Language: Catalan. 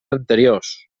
anteriors